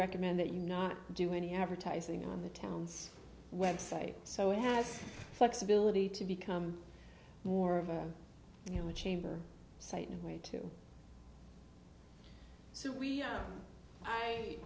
recommend that you not do any advertising on the town's website so it has flexibility to become more of a you know a chamber site and way to so we